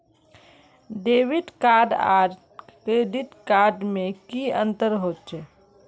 Debit card आर credit card में की अंतर होचे?